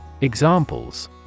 Examples